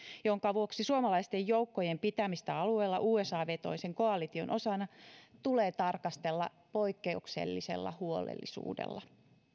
jonka vuoksi suomalaisten joukkojen pitämistä alueella usa vetoisen koalition osana tulee tarkastella poikkeuksellisella huolellisuudella